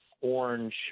orange